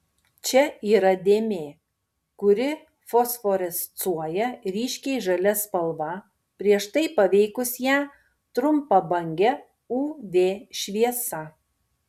čia yra dėmė kuri fosforescuoja ryškiai žalia spalva prieš tai paveikus ją trumpabange uv šviesa